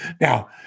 Now